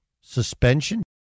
suspension